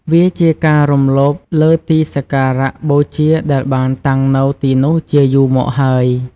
វាជាការរំលោភលើទីសក្ការៈបូជាដែលបានតាំងនៅទីនោះជាយូរមកហើយ។